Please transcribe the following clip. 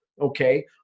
okay